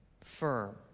firm